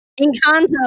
Encanto